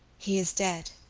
he is dead,